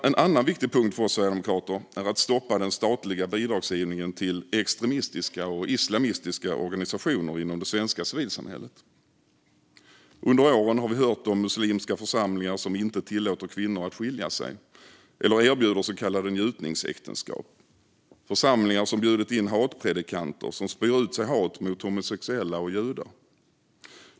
En annan viktig punkt för oss sverigedemokrater är att stoppa den statliga bidragsgivningen till extremistiska och islamistiska organisationer inom det svenska civilsamhället. Under åren har vi hört om muslimska församlingar som inte tillåter kvinnor att skilja sig eller erbjuder så kallade njutningsäktenskap. Vi hör om församlingar som bjudit in hatpredikanter som spyr ut sig hat mot homosexuella och judar.